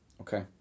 Okay